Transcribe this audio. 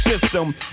system